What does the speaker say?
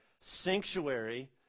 sanctuary